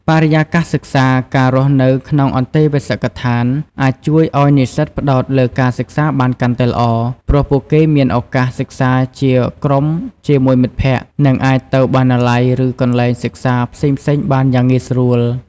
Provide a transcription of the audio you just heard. បរិយាកាសសិក្សា ការរស់នៅក្នុងអន្តេវាសិកដ្ឋានអាចជួយឱ្យនិស្សិតផ្តោតលើការសិក្សាបានកាន់តែល្អ ព្រោះពួកគេមានឱកាសសិក្សាជាក្រុមជាមួយមិត្តភក្តិ និងអាចទៅបណ្ណាល័យ ឬកន្លែងសិក្សាផ្សេងៗបានយ៉ាងងាយស្រួល។